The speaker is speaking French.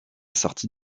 sortie